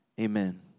amen